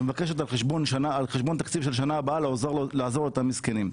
ומבקשת על חשבון תקציב של שנה הבאה לעזור לאותם מסכנים.